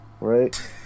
right